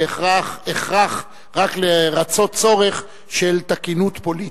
הכרח רק לרצות צורך של תקינות פוליטית,